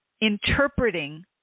interpreting